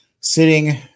sitting